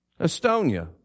Estonia